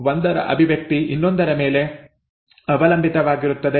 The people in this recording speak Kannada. ಒಂದರ ಅಭಿವ್ಯಕ್ತಿ ಇನ್ನೊಂದರ ಮೇಲೆ ಅವಲಂಬಿತವಾಗಿರುತ್ತದೆ